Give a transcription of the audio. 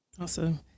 Awesome